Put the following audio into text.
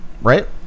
right